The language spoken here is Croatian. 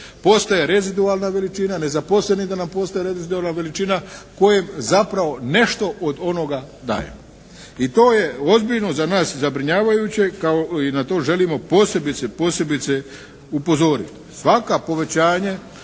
postaje rezidualna veličina, nezaposleni da nam postaje rezidualna veličina kojem zapravo nešto od onoga dajemo i to je ozbiljno za nas zabrinjavajuće kao i na to želimo posebice upozoriti. Svaka povećanja